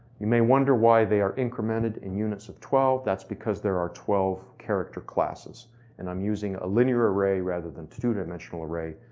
you may wonder why they are incremented in units of twelve. that's because they are are twelve character classes and i'm using a linear array, rather than a two dimensional array,